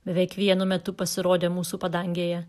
beveik vienu metu pasirodė mūsų padangėje